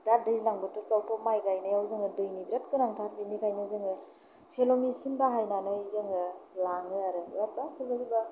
दा दैज्लां बोथोरफोरावथ' माइ गायनायाव जोंनो दैनि बिराद गोनांथार बेनिखायनो जोङो सेल' मेचिन बाहायनानै जोङो लाङो आरो